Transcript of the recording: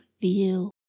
view